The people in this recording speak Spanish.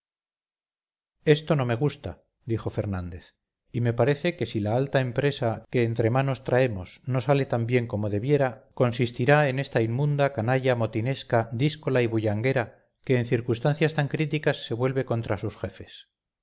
esto no me gusta dijo fernández y me parece que si la alta empresa que entremanos traemos no sale tan bien como debiera consistirá en esta inmunda canalla motinesca díscola y bullanguera que en circunstancias tan críticas se vuelve contra sus jefes